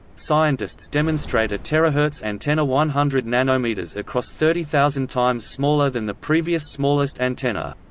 scientists demonstrate a terahertz antenna one hundred nanometers across thirty thousand times smaller than the previous smallest antenna.